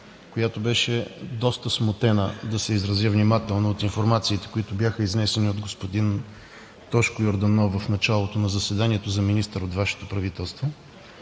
която беше доста смутена, да се изразя внимателно, от информациите, които бяха изнесени от господин Тошко Йорданов в началото на заседанието за министър от Вашето правителство.